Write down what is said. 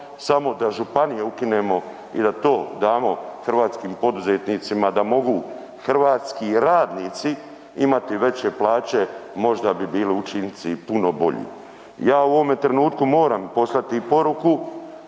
samo da županije ukinemo i da to damo hrvatskih poduzetnicima da mogu hrvatski radnici imati veće plaće, možda bi bili učinci puno bolji. Ja u ovome trenutku moram poslati poruku